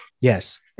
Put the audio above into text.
Yes